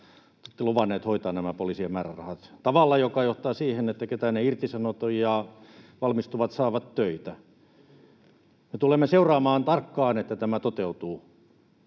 olette luvanneet hoitaa nämä poliisien määrärahat tavalla, joka johtaa siihen, että ketään ei irtisanota ja valmistuvat saavat töitä. Me tulemme seuraamaan tarkkaan, että tämä toteutuu,